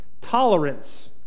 Tolerance